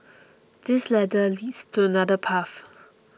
this ladder leads to another path